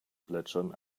plätschern